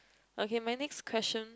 okay my next question